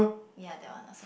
ya that one also